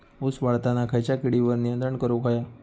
ऊस वाढताना खयच्या किडींवर नियंत्रण करुक व्हया?